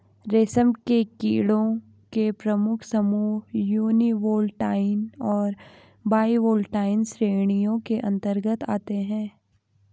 रेशम के कीड़ों के प्रमुख समूह यूनिवोल्टाइन और बाइवोल्टाइन श्रेणियों के अंतर्गत आते हैं